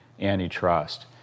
antitrust